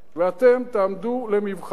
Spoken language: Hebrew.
ואתם תעמדו למבחן.